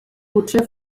potser